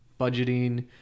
budgeting